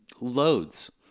loads